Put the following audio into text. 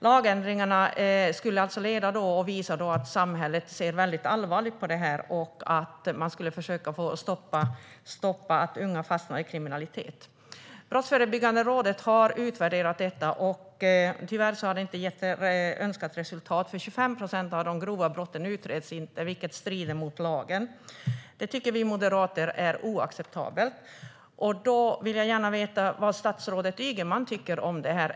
Lagändringarna skulle visa att samhället ser mycket allvarligt på detta och leda till att man skulle försöka stoppa att unga fastnar i kriminalitet. Brottsförebyggande rådet har utvärderat detta. Tyvärr har det inte gett önskat resultat. 25 procent av de grova brotten utreds inte, vilket strider mot lagen. Det tycker vi moderater är oacceptabelt. Jag vill gärna veta vad statsrådet Ygeman tycker om detta.